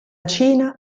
cina